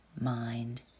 mind